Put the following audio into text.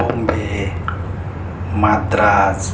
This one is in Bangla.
বোম্বে মাদ্রাস